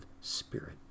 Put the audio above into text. spirit